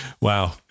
Wow